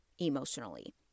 emotionally